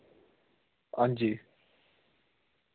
हां जी